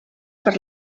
per